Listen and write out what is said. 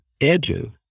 edges